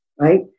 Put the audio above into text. right